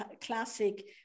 classic